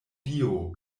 dio